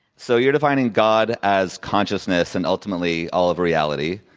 so, you're defining god as consciousness, and ultimately, all of reality.